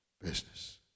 business